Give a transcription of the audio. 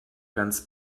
ganz